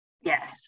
Yes